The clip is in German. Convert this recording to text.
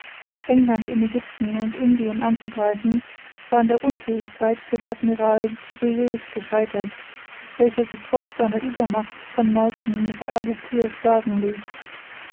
england in egypten und indien anzugreifen war an der unfähigkeit des admirals brueys gescheitert welcher sich trotz seiner uebermacht von nelson bei abukir schlagen ließ